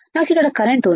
నాకు ఇక్కడ కరెంట్ ఉంది